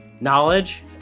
knowledge